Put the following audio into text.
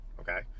Okay